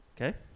Okay